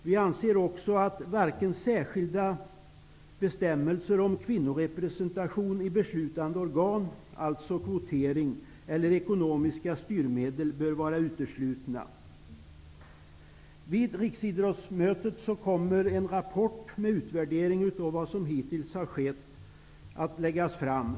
Vi anser också att varken särskilda bestämmelser om kvinnorepresentation i beslutande organ, dvs. kvotering, eller ekonomiska styrmedel bör vara uteslutna. Vid riksidrottsmötet i november kommer en rapport med utvärderingen av vad som hittills har skett att läggas fram.